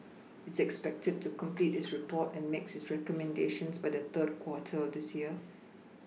it's expected to complete its report and make its recommendations by the third quarter of this year